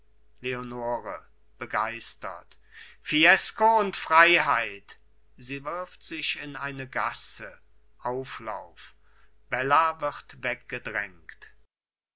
leonore begeistert fiesco und freiheit sie wirft sich in eine gasse auflauf bella wird weggedrängt